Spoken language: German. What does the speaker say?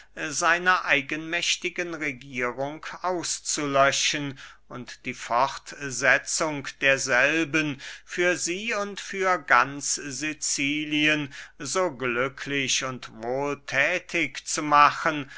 seiner eigenmächtigen regierung auszulöschen und die fortsetzung derselben für sie und für ganz sicilien so glücklich und wohlthätig zu machen